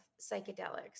psychedelics